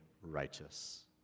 righteous